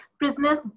prisoners